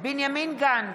בנימין גנץ,